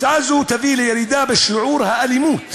הצעה זו תביא לירידה בשיעורי האלימות